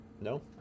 No